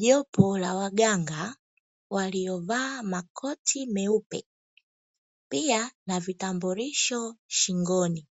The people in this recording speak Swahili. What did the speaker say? Jopo la waganga waliovaa makoti meupe pia na vitambulisho shingoni,